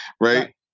Right